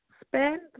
Spend